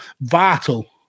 vital